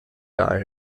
die